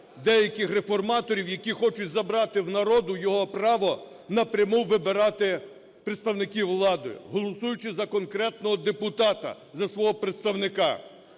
деяких реформаторів, які хочуть забрати в народу його право напряму вибирати представників влади, голосуючи за конкретного депутата, за свого представника,